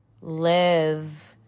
live